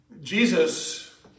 Jesus